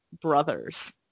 Brothers